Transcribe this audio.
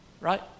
right